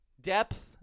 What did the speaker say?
depth